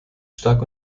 stark